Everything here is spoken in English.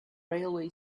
railway